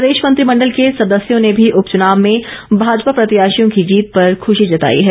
प्रदेश मंत्रिमंडल के सदस्यों ने भी उपचुनाव में भाजपा प्रत्याशियों की जीत पर खुशी जताई है